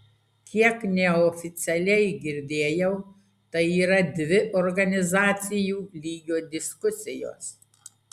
kiek neoficialiai girdėjau tai yra dvi organizacijų lygio diskusijos